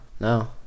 No